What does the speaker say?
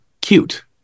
cute